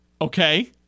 Okay